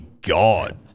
God